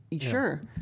Sure